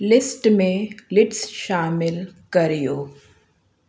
list में लिट्स शामिल कयो